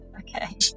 Okay